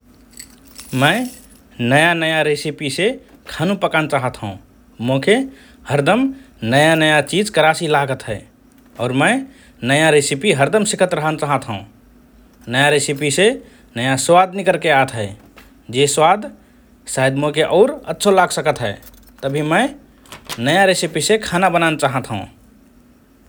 मए नया–नया रेसिपीसे खानु पकान चाहत हओं । मोके हरदम नया–नया चिज करासि लागत हए । और मए नया रेसिपी हरदम सिखत रहन चाहत हओं । नया रेसिपीसे नया स्वाद निकरके आत हए । जो स्वाद सायद मोके और अच्छो लग सकत हए । तभि मए नया रेसिपीसे खाना बनान चाहत हओं ।